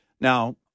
Now